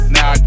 Now